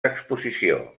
exposició